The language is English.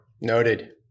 Noted